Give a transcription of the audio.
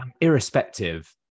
irrespective